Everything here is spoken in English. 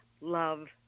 love